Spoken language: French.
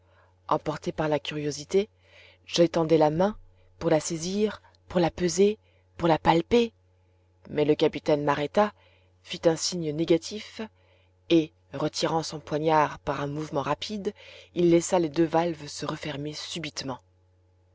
emporté par la curiosité j'étendais la main pour la saisir pour la peser pour la palper mais le capitaine m'arrêta fit un signe négatif et retirant son poignard par un mouvement rapide il laissa les deux valves se refermer subitement